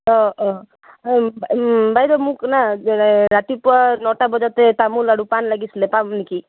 অঁ অঁ বাইদেউ মোক না ৰাতিপুৱা নটা বজাতে তামোল আৰু পাণ লাগিছিলে পাম নেকি